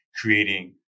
creating